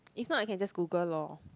if not I can just Google loh